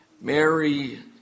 Mary